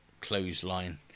clothesline